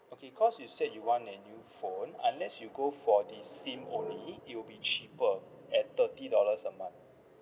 okay because you said you want a new phone unless you go for the SIM only it will be cheaper at thirty dollars a month